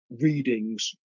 readings